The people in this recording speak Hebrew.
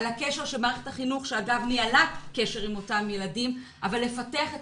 על הקשר של מערכת החינוך שניהלה קשר עם אותם ילדים אבל לפתח את